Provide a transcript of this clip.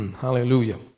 Hallelujah